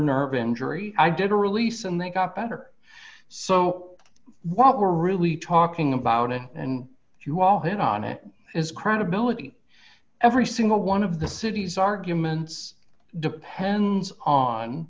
nerve injury i did a release and they got better so what we're really talking about it and if you all hit on it is credibility every single one of the city's arguments depends on